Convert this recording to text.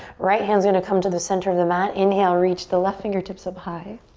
right hand's gonna come to the center of the mat. inhale, reach the left fingertips up high.